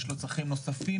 יש לו צרכים נוספים,